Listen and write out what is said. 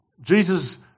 Jesus